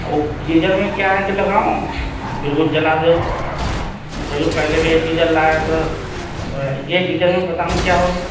وہ گیزر میں کیا ہے کہ لگاؤں بالکل جلا دے وہ جب کہ پہلے بھی ایک گیزر لایا تھا یہ گیزر میں پتہ نہیں کیا ہوگیا